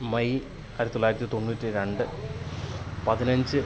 May ആയിരത്തി തൊള്ളായിരത്തി തൊണ്ണൂറ്റി രണ്ട് പതിനഞ്ച്